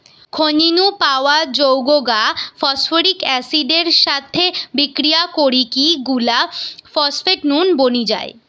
খনি নু পাওয়া যৌগ গা ফস্ফরিক অ্যাসিড এর সাথে বিক্রিয়া করিকি গুলা ফস্ফেট নুন বনি যায়